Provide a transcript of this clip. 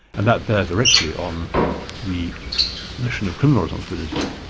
and that bears directly on the notion of criminal responsibility.